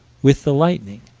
with the lightning.